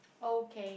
okay